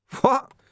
What